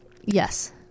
Yes